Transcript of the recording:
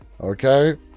okay